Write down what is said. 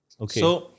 Okay